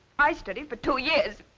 i stood it for two years.